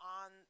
on